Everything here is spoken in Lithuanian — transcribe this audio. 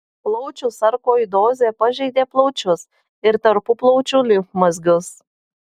plaučių sarkoidozė pažeidė plaučius ir tarpuplaučių limfmazgius